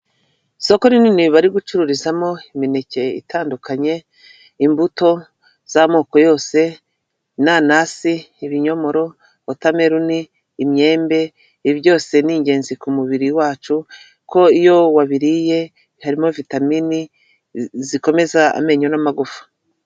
Isoko rinini bari gucururizamo imineke itandukanye, imbuto z'amoko yose inanasi ibinyomoro wotameloni, imyembe, byose ni ingenzi ku mubiri wacu, kuko iyo wabiriye harimo vitaminini zikomeza amenyo n'amagufa.